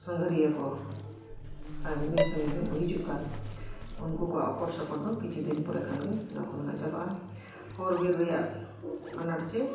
ᱥᱟᱸᱜᱷᱟᱨᱤᱭᱟᱹ ᱠᱚ ᱩᱱ ᱥᱟᱺᱜᱤᱧ ᱠᱷᱚᱱ ᱠᱚ ᱦᱤᱡᱩᱜ ᱠᱟᱱ ᱩᱱᱠᱩ ᱠᱚᱣᱟᱜ ᱚᱠᱚᱲ ᱥᱚᱯᱚᱲ ᱫᱚ ᱠᱤᱪᱷᱩ ᱫᱤᱱ ᱯᱚᱨᱮ ᱠᱷᱟᱱᱜᱮ ᱚᱱᱟ ᱠᱚᱫᱚ ᱱᱟᱜ ᱪᱟᱵᱟᱜᱼᱟ ᱦᱚᱨ ᱵᱤᱨ ᱨᱮᱱᱟᱜ ᱟᱱᱟᱴ ᱪᱮ